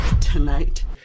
tonight